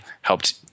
helped